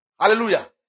Hallelujah